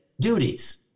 duties